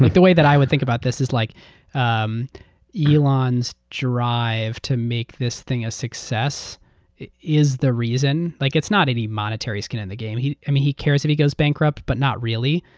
like the way that i would think about this is like um elonaeurs ah and drive to make this thing a success is the reason. like it's not any monetary skin in the game. he um ah he cares if he goes bankrupt, but not really.